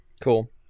cool